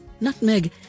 Nutmeg